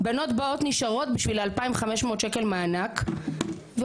בנות באות נשארות בשביל 2,500 ש"ח מענק ועוזבות,